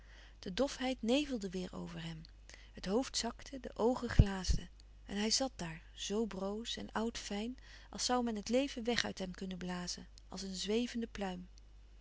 de dofheid nevelde weêr over hem heen het hoofd zakte de oogen glaasden en hij zat daar zoo broos en oud fijn als zoû men het leven weg uit hem kunnen blazen als een zwevende pluim